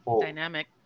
dynamic